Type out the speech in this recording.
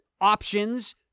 options